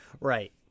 Right